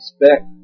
expect